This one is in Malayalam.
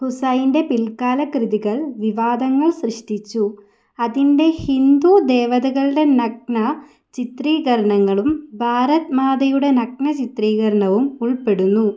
ഹുസൈൻ്റെ പിൽക്കാല കൃതികൾ വിവാദങ്ങൾ സൃഷ്ടിച്ചു അതിൻ്റെ ഹിന്ദു ദേവതകളുടെ നഗ്ന ചിത്രീകരണങ്ങളും ഭാരത് മാതയുടെ നഗ്ന ചിത്രീകരണവും ഉൾപ്പെടുന്നു